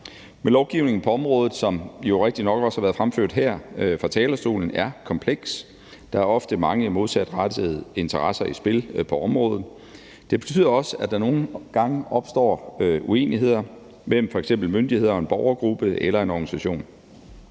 Men lovgivningen på området er, som det jo også så rigtigt er blevet fremført her fra talerstolen, kompleks. Der er ofte mange modsatrettede interesser i spil på området, og det betyder også, at der nogle gange opstår uenigheder mellem f.eks. myndigheder og en borgergruppe eller en organisation.